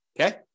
okay